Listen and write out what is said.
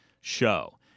Show